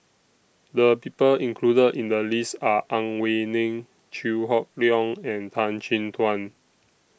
The People included in The list Are Ang Wei Neng Chew Hock Leong and Tan Chin Tuan